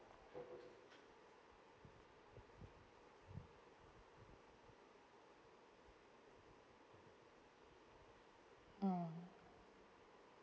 mm